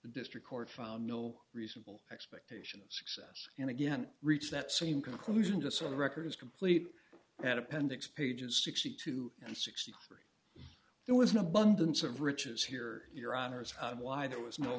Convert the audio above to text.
the district court found no reasonable expectation of success and again reach that same conclusion just so the record is complete at appendix pages sixty two and sixty three there was an abundance of riches here your honour's why there was no